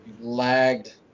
lagged